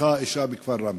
נרצחה אישה בכפר ראמה.